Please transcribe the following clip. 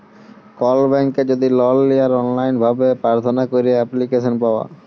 call ব্যাংকে যদি লল লিয়ার অললাইল ভাবে পার্থনা ক্যইরে এপ্লিক্যাসল পাউয়া